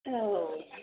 औ